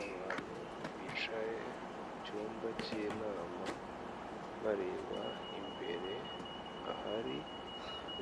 Abantu bicaye mu cyumba cy'inama, bareba imbere, ahari